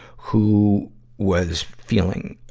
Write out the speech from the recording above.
who was feeling,